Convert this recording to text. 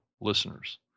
listeners